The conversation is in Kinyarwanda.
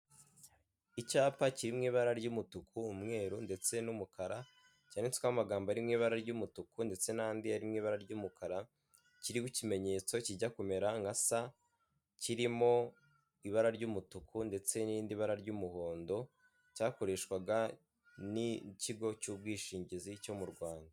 Icyapa kiri mu ibara ry'umutuku umweru ndetse n'umukara, cyanditsweho amagambo ari mu ibara ry'umutuku ndetse n'andi ari mu ibara ry'umukara, kiriho ikimenyetso kijya kumera nka sa kirimo ibara ry'umutuku ndetse n'irindi bara ry'umuhondo, cyakoreshwaga n'ikigo cy'ubwishingizi cyo mu Rwanda.